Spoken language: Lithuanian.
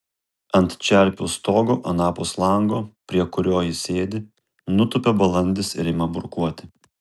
ant čerpių stogo anapus lango prie kurio ji sėdi nutūpia balandis ir ima burkuoti